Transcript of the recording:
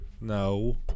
No